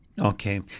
Okay